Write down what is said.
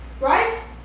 Right